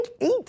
eight